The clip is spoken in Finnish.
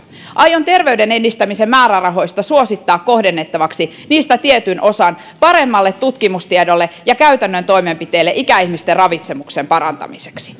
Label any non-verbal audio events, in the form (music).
aion terveyden edistämisen määrärahoista suosittaa kohdennettavaksi tietyn osan paremmalle tutkimustiedolle ja käytännön toimenpiteille ikäihmisten ravitsemuksen parantamiseksi (unintelligible)